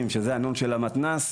זה בגלל המבנה של שולחנות קבלת ההחלטות.